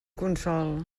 consol